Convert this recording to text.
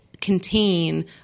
contain